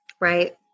Right